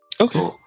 Okay